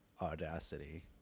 Audacity